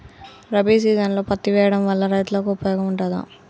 రబీ సీజన్లో పత్తి వేయడం వల్ల రైతులకు ఉపయోగం ఉంటదా?